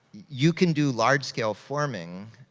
you can do large-scale forming,